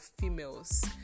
females